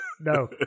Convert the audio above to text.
No